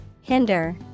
Hinder